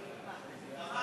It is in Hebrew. תמר,